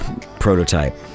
prototype